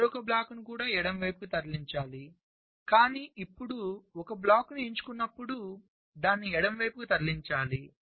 మరొక బ్లాక్ కూడా ఎడమ వైపుకు తరలించాలి కానీ ఇప్పుడు ఒక బ్లాక్ను ఎంచుకున్నప్పుడు దానిని ఎడమవైపుకు తరలించాలి